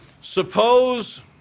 Suppose